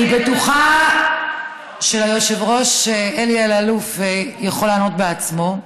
אני בטוחה שהיושב-ראש אלי אלאלוף יכול לענות בעצמו.